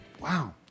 Wow